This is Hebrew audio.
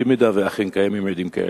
אם אכן קיימים עדים כאלה.